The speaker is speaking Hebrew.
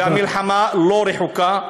והמלחמה לא רחוקה.